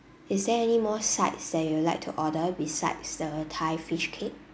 is there any more sides that you would like to order besides the thai fish cake